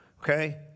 okay